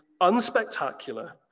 unspectacular